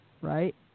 right